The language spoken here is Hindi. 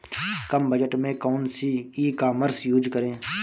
कम बजट में कौन सी ई कॉमर्स यूज़ करें?